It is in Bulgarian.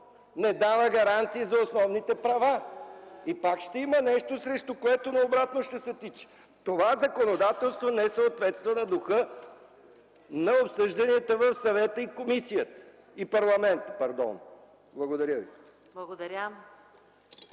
не дава гаранции за основните права. И пак ще има нещо, срещу което на обратно ще се тича. Това законодателство не съответства на духа на обсъжданията в Съвета и парламента. Благодаря Ви.